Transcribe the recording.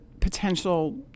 potential